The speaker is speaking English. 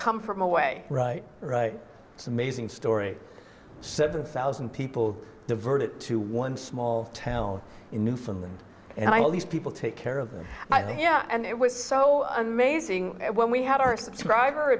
come from away right right it's amazing story seven thousand people diverted to one small town in newfoundland and i know these people take care of miley yeah and it was so amazing when we had our subscriber